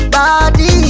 Body